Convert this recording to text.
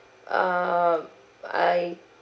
um I